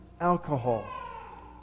alcohol